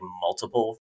multiple